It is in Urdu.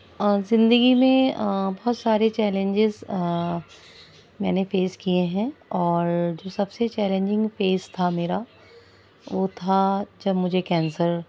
زندگی میں بہت سارے چیلینجز میں نے فیس کیے ہیں اور جو سب سے چیلیجنگ فیز تھا میرا وہ تھا جب مجھے کینسر